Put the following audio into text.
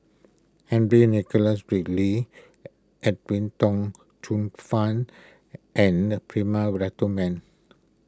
Henry Nicholas Ridley Edwin Tong Chun Fai and Prema